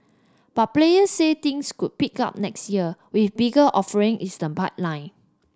but players say things could pick up next year with bigger offering in the pipeline